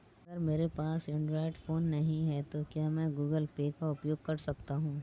अगर मेरे पास एंड्रॉइड फोन नहीं है तो क्या मैं गूगल पे का उपयोग कर सकता हूं?